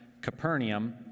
Capernaum